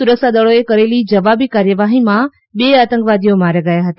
સુરક્ષાદળોએ કરેલી જવાબી કાર્યવાહીમાં બે આતંકવાદીઓ માર્યા ગયા હતા